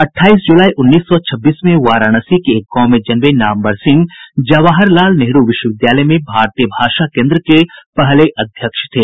अठाईस जूलाई उन्नीस सौ छब्बीस में वाराणसी के एक गांव में जन्मे नामवर सिंह जवाहर लाल नेहरू विश्वविद्यालय में भारतीय भाषा केन्द्र के पहले अध्यक्ष थे